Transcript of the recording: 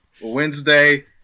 wednesday